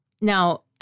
Now